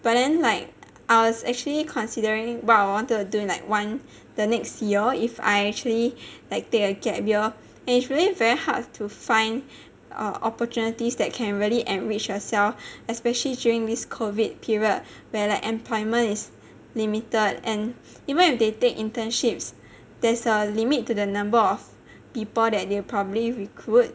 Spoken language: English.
but then like I was actually considering what I wanted to do like one the next year if I actually like take a gap year and it's really very hard to find err opportunities that can really enrich yourself especially during this COVID period where the employment is limited and even if they take internships there's a limit to the number of people that they probably recruit